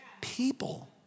People